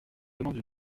demande